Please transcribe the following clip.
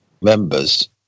members